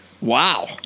wow